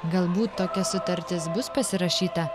galbūt tokia sutartis bus pasirašyta